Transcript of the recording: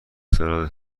سالاد